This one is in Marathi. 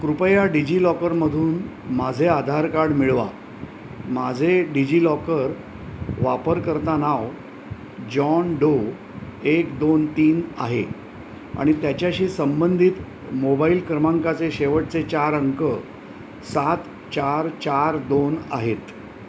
कृपया डिजिलॉकरमधून माझे आधार कार्ड मिळवा माझे डिजिलॉकर वापरकर्ता नाव जॉन डो एक दोन तीन आहे आणि त्याच्याशी संबंधित मोबाईल क्रमांकाचे शेवटचे चार अंक सात चार चार दोन आहेत